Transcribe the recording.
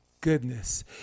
goodness